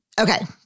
Okay